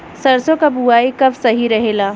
सरसों क बुवाई कब सही रहेला?